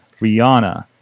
Rihanna